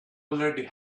already